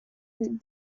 that